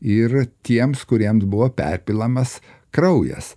ir tiems kuriems buvo perpilamas kraujas